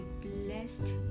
blessed